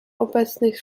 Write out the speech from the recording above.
obecnych